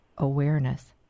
awareness